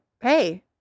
hey